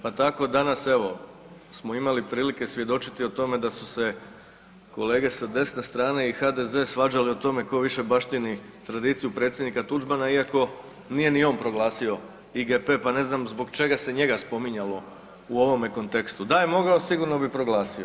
Pa tako danas evo smo imali prilike svjedočiti o tome da su se kolege sa desne strane i HDZ svađali o tome ko više baštini tradiciju predsjednika Tuđmana iako nije ni on proglasio IGP pa ne znam zbog čega se njega spominjalo u ovome kontekstu, da je mogao sigurno bi proglasio.